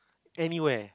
anywhere